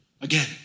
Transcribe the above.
again